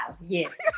Yes